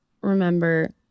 remember